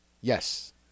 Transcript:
Yes